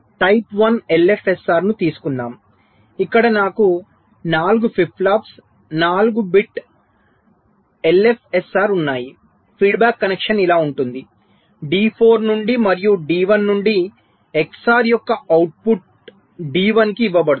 type 1 LFSR ను తీసుకుందాం ఇక్కడ నాకు 4 ఫ్లిప్ ఫ్లాప్స్ 4 బిట్ ఎల్ఎఫ్ఎస్ఆర్ ఉన్నాయి ఫీడ్బ్యాక్ కనెక్షన్ ఇలా ఉంటుంది డి 4 నుండి మరియు డి 1 నుండి ఎక్స్ఆర్ యొక్క అవుట్పుట్ డి 1 కి ఇవ్వబడుతుంది